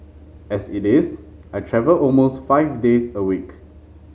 as it is I travel almost five days a week